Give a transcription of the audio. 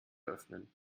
öffnen